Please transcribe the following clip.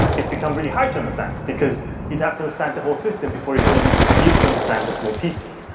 it becomes really hard to understand, because you'd have to understand the whole system before you could even begin to understand the small pieces.